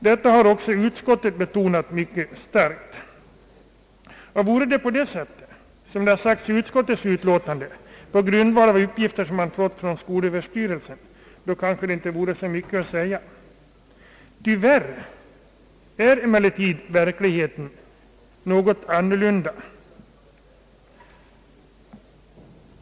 Detta har också utskottet mycket starkt betonat, och man skulle kanske inte ha så mycket att säga om det verkligen vore så som utskottet har sagt i sitt utlåtande på grundval av uppgifter från skolöverstyrelsen. Tyvärr är emellertid verkligheten något annorlunda.